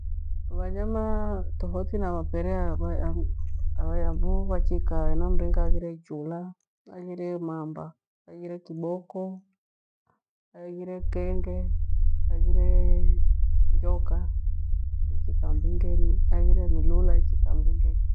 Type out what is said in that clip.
Vanyama tofauti na maperea abhaya vuu vachika, anambe aghire, chula aghire emamba, anghire kiboko, aghire kenge, aghire joka kiitika mbungenyi, aghire mlula ichika mbungenyi.